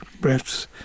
breaths